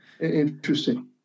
Interesting